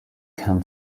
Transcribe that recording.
can